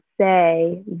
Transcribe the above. say